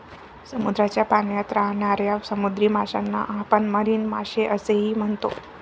समुद्राच्या पाण्यात राहणाऱ्या समुद्री माशांना आपण मरीन मासे असेही म्हणतो